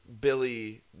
billy